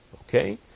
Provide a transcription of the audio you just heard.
Okay